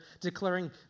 declaring